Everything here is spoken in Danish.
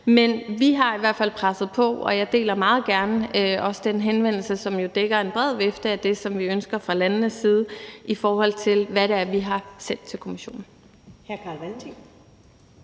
men vi har i hvert fald presset på, og jeg deler meget gerne også den henvendelse, som dækker en bred vifte af det, som vi ønsker fra landenes side, i forhold til hvad det er, vi har sendt til Kommissionen.